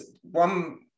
one